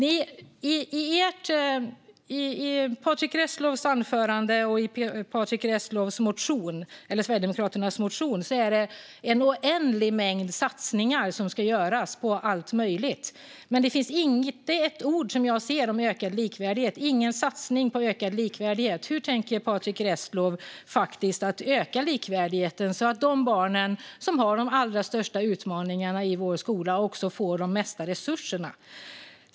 I Patrick Reslows anförande och i Sverigedemokraternas motion finns en oändlig mängd satsningar som ska göras på allt möjligt. Men jag ser inte ett ord om ökad likvärdighet och ingen satsning på ökad likvärdighet. Hur tänker Patrick Reslow öka likvärdigheten så att de barn som har de allra största utmaningarna i vår skola också får de mesta resurserna?